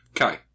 Okay